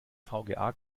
vga